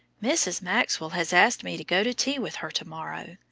mrs. maxwell has asked me to go to tea with her to-morrow.